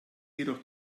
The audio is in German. jedoch